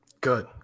Good